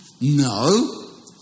No